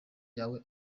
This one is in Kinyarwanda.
yawe